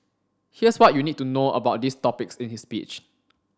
here's what you need to know about these topics in his speech